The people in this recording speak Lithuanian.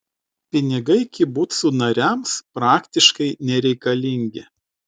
pinigai kibucų nariams praktiškai nereikalingi